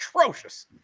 atrocious